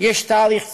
יש תאריך תפוגה,